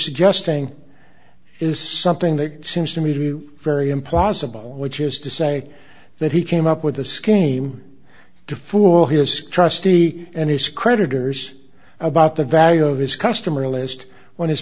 suggesting is something that seems to me to be very impossible which is to say that he came up with the scheme to fool his trustee and his creditors about the value of his customer list when his